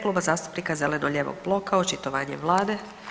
Kluba zastupnika Zeleno-lijevog bloka, očitovanje Vlade.